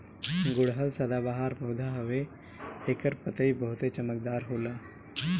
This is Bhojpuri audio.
गुड़हल सदाबाहर पौधा हवे एकर पतइ बहुते चमकदार होला